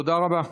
תודה רבה.